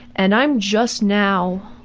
and i'm just now.